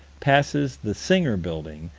passes the singer building,